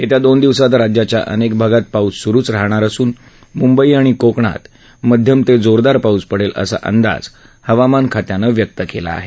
येत्या दोन दिवसात राज्याच्या अनेक भागात पाऊस सुरुच राहणार असून मुंबई आणि कोकणात मध्यम ते जोरदार पाऊस पडेल असा अंदाज हवामान खात्यानं व्यक्त केला आहे